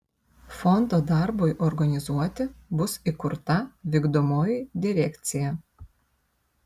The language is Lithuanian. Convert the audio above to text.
fondo darbui organizuoti bus įkurta vykdomoji direkcija